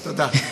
תודה.